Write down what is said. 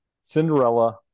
Cinderella